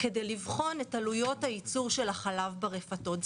של מעל 700,000 ליטר כדי לגלם את היעילות בייצור ברפתות בגודל הזה.